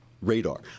radar